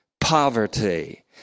poverty